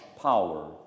power